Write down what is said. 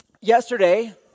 yesterday